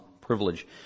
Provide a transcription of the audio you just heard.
privilege